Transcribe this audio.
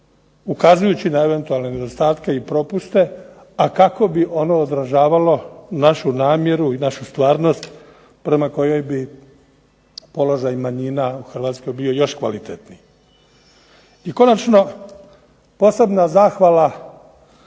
ukazujući na eventualne nedostatke i propuste, a kako bi ono odražavalo našu namjeru i našu stvarnost prema kojoj bi položaj manjina u Hrvatskoj bio još kvalitetniji. I konačno, posebna zahvala